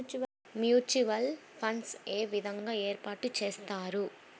Mutual funds ఏ విధంగా ఏర్పాటు చేస్తారు?